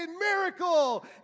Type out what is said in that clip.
miracle